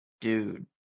dude